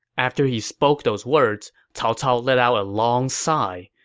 after he spoke those words, cao cao let out a long sigh,